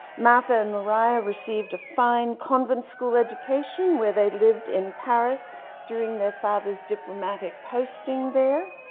martha and mariah received a fine convent school education where they lived in paris during their father's diplomatic posting there.